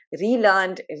relearned